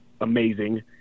amazing